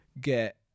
get